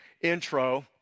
intro